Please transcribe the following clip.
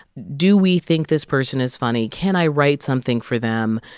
do we think this person is funny? can i write something for them?